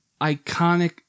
iconic